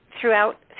throughout